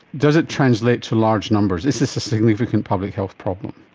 does it translate to large numbers? is this a significant public health problem?